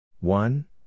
One